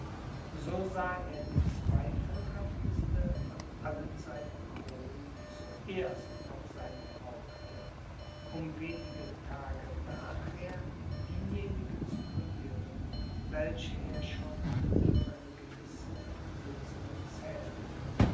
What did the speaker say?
so sah er die zweifelhafteste von allen seinen kronen zuerst auf seinem haupte um wenige tage nachher diejenige zu verlieren welche er schon unter seine gewissen besitzungen zählte